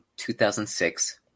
2006